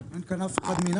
אין כאן אף אחד מנת"י?